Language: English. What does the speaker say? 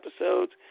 episodes